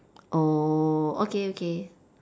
oh okay okay